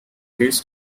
this